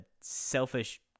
selfish